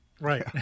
right